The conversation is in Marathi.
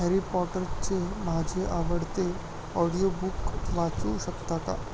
हॅरी पॉटरचे माझे आवडते ऑडिओ बुक वाचू शकता का